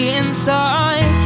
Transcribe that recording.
inside